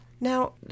Now